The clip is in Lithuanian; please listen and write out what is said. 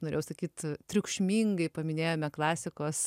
norėjau sakyt triukšmingai paminėjome klasikos